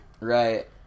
Right